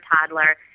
toddler